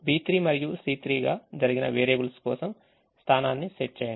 B3 మరియు C3 గా జరిగిన వేరియబుల్స్ కోసం స్థానాన్ని సెట్ చేయండి